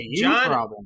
John